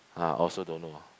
I also don't know